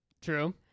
True